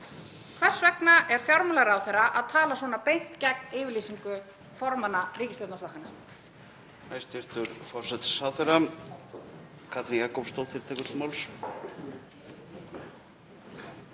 Hvers vegna er fjármálaráðherra að tala svona beint gegn yfirlýsingu formanna ríkisstjórnarflokkanna?